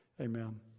Amen